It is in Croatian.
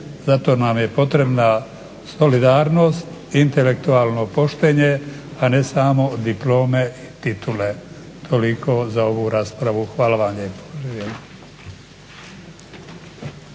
Zato nam je potrebna solidarnost, intelektualno poštenje, a ne samo diplome, titule. Toliko za ovu raspravu. Hvala vam lijepa.